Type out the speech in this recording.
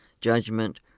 judgment